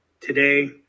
today